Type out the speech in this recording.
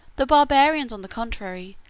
the barbarians, on the contrary,